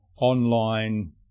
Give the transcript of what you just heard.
online